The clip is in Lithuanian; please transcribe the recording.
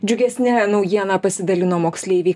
džiugesne naujiena pasidalino moksleiviai